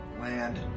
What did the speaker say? land